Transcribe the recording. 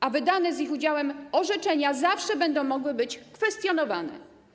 A wydane z ich udziałem orzeczenia zawsze będą mogły być kwestionowane.